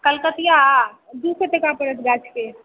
कलकतिया दू सए टका परत गाछ के